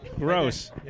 Gross